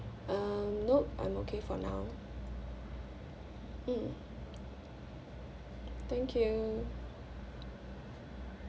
um nope I'm okay for now mm thank you